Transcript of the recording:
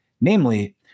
Namely